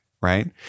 Right